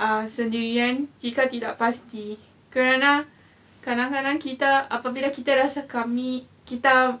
uh sendirian jika tidak pasti kerana kadang-kadang kita apabila kita rasa kami kita